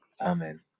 amen